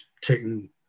taking